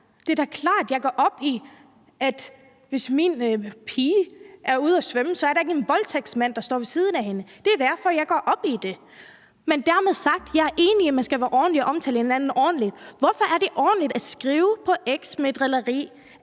Det er da klart, at jeg går op i, at hvis min pige er ude at svømme, skal der ikke stå en voldtægtsmand ved siden af hende. Det er derfor, jeg går op i det. Jeg er enig i, at man skal være ordentlig og omtale hinanden ordentligt. Hvorfor er det ordentligt at skrive på X med drilleri,